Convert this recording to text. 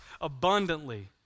abundantly